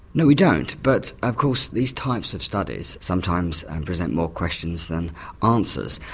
no we don't, but of course these types of studies, sometimes and present more questions than answers.